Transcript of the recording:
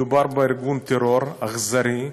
מדובר בארגון טרור אכזרי,